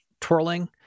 twirling